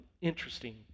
interesting